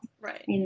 Right